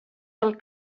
del